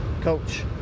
coach